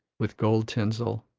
with gold tinsel,